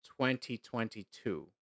2022